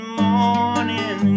morning